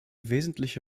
wesentliche